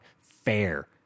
fair